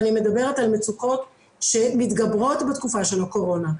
אני מדברת על מצוקות שמתגברות בתקופה של הקורונה.